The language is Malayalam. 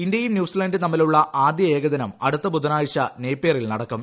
ഇന്ത്യയും ന്യൂസിലൻഡും തമ്മിലുള്ള ആദ്യ ഏകദിനം അടുത്ത ബുധനാഴ്ച നേപിയറിൽ നടക്കും